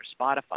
Spotify